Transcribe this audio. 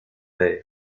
père